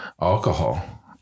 alcohol